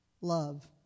love